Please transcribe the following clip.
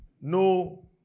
no